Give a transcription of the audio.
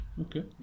Okay